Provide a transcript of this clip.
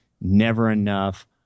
never-enough